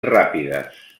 ràpides